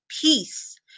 peace